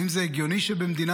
האם זה הגיוני שבמדינה